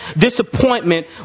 disappointment